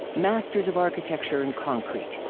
masters of architecture and concrete.